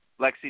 Lexi